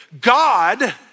God